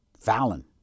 Fallon